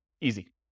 Easy